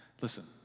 Listen